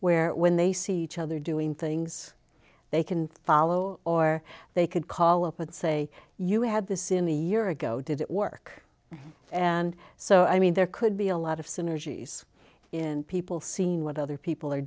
where when they see each other doing things they can follow or they could call up and say you had this in the year ago did it work and so i mean there could be a lot of synergies in people seen what other people are